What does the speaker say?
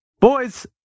Boys